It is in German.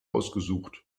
ausgesucht